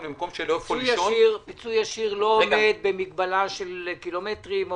למקום שיוכלו לישון -- פיצוי ישיר לא עומד במגבלה של קילומטרים.